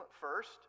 first